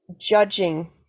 judging